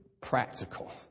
practical